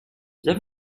viens